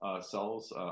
cells